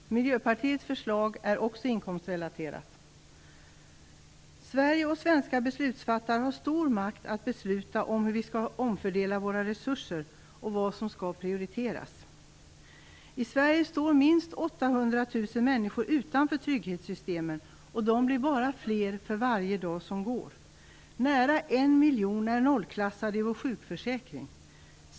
Fru talman! Miljöpartiets förslag är också inkomstrelaterat. Sverige och svenska beslutsfattare har stor makt att besluta om hur vi skall omfördela våra resurser och vad som skall prioriteras. I Sverige står minst 800 000 människor utanför trygghetssystemen, och de blir bara fler för varje dag som går. Nära en miljon är nollklassade i vår sjukförsäkring.